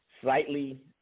slightly